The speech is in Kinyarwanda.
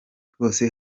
rwose